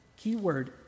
Keyword